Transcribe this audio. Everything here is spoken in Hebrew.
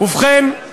ובכן,